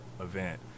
event